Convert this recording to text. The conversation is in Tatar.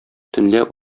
төнлә